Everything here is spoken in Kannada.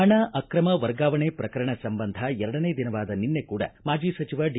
ಪಣ ಆಕ್ರಮ ವರ್ಗಾವಣೆ ಪ್ರಕರಣ ಸಂಬಂಧ ಎರಡನೇ ದಿನವಾದ ನಿನ್ನೆ ಕೂಡ ಮಾಜಿ ಸಚಿವ ಡಿ